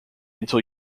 until